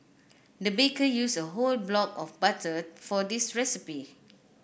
the baker used a whole block of butter for this recipe